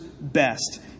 best